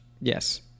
Yes